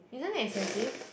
isn't it expensive